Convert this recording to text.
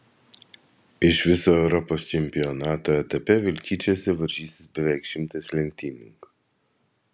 iš viso europos čempionato etape vilkyčiuose varžysis beveik šimtas lenktynininkų